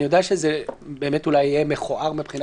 אני יודע שזה באמת אולי יהיה מכוער מבחינה